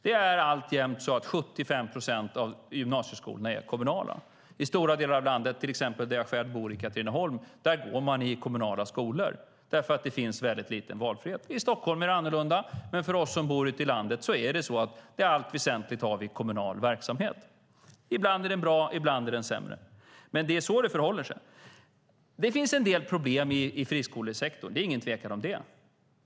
Det är alltjämt så att 75 procent av gymnasieskolorna är kommunala. I stora delar av landet, till exempel i Katrineholm där jag själv bor, går man i kommunala skolor. Det finns nämligen väldigt lite valfrihet. I Stockholm är det annorlunda, men för oss som bor ute i landet är det så att vi i allt väsentligt har kommunal verksamhet. Ibland är den bra, och ibland är den sämre, men det är så det förhåller sig. Det finns en del problem i friskolesektorn. Det är ingen tvekan om det.